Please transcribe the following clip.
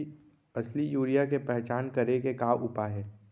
असली यूरिया के पहचान करे के का उपाय हे?